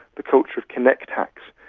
the culture of connect hacks,